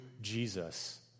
Jesus